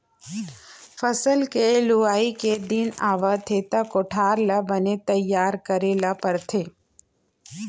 फसल के लूए के दिन आथे त कोठार ल बने तइयार करे ल परथे